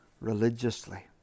religiously